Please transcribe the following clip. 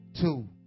two